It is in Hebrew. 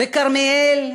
בכרמיאל,